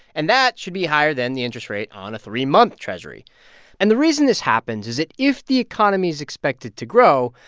and that should be higher than the interest rate on a three-month treasury and the reason this happens is that if the economy is expected to grow,